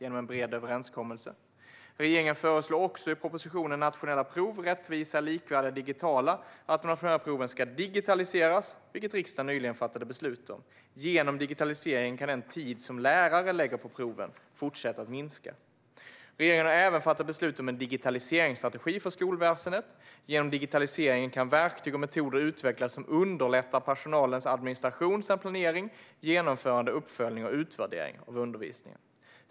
I propositionen Nationella prov - rättvisa, likvärdiga, digitala har regeringen också föreslagit att de nationella proven ska digitaliseras, vilket riksdagen nyligen fattade beslut om. Genom digitalisering kan den tid som lärare lägger på proven minskas ytterligare. Regeringen har även fattat beslut om en digitaliseringsstrategi för skolväsendet. Genom digitaliseringen kan verktyg och metoder utvecklas som underlättar personalens administration samt planering, genomförande, uppföljning och utvärdering av undervisningen.